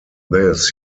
this